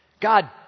God